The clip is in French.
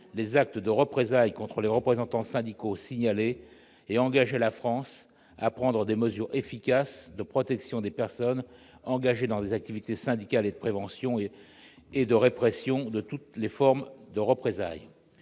les actes de représailles contre les représentants syndicaux signalés » et engageait la France à prendre des mesures efficaces en matière de protection des personnes engagées dans des activités syndicales, de prévention et de répression de toutes les formes de représailles.